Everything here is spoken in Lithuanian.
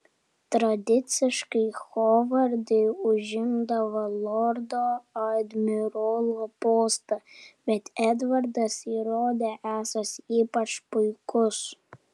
tradiciškai hovardai užimdavo lordo admirolo postą bet edvardas įrodė esąs ypač puikus